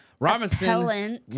Robinson